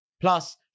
Plus